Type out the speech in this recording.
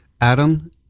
adam